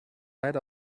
right